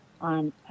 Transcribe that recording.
on